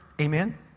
Amen